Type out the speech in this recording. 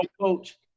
coach